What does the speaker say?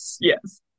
Yes